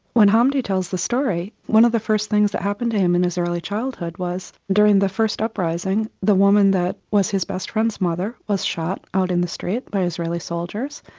when hamdi tells the story, one of the first things that happened to him in his early childhood was during the first uprising the woman that was his best friend's mother was shot out in the street by israeli soldiers.